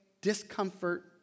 discomfort